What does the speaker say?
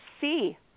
see